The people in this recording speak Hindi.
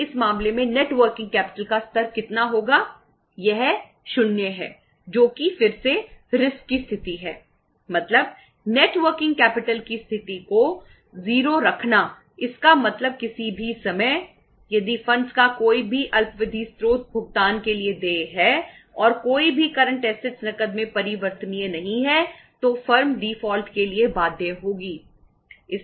दीर्घ विधि फंड्स होना चाहिए